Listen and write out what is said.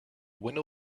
winner